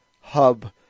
Hub